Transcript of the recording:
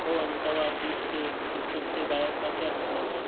ओ अंतवा गीत के शीर्षक से गायक का क्या मतलब है